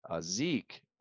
Zeke